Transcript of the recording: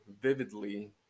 vividly